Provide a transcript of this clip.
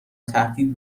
تهدید